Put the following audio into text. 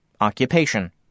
Occupation